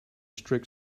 strict